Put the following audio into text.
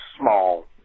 small